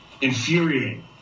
infuriating